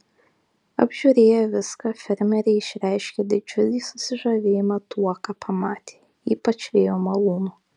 apžiūrėję viską fermeriai išreiškė didžiulį susižavėjimą tuo ką pamatė ypač vėjo malūnu